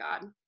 God